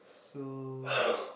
so